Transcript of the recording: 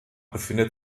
befindet